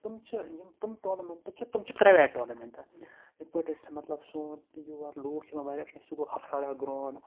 تِم چھِ یِم تِم ٹورنَمنٹ چھِ تِم چھِ پرایویٹ ٹورنَمنٹ یِتھ پٲٹھۍ أسۍ مَطلَب سون یور لُکھ چھِ یِوان واریاہٕ وٕچھنہِ سُہ گوٚو ہَفراڑا گراوُنٛڈ